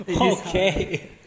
Okay